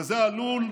וזה עלול,